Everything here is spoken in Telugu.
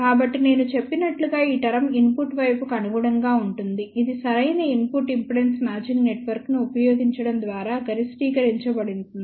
కాబట్టి నేను చెప్పినట్లుగా ఈ టర్మ్ ఇన్పుట్ వైపుకు అనుగుణంగా ఉంటుంది ఇది సరైన ఇన్పుట్ ఇంపిడెన్స్ మ్యాచింగ్ నెట్వర్క్ను ఉపయోగించడం ద్వారా గరిష్టీకరించబడుతుంది